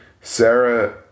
Sarah